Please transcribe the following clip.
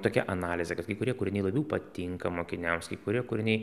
tokia analizė kad kai kurie kūriniai labiau patinka mokiniams kai kurie kūriniai